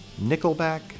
Nickelback